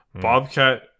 bobcat